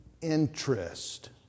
interest